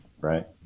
right